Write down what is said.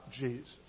Jesus